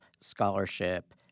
scholarship